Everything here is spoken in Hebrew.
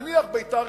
נניח ביתר-עילית,